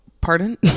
Pardon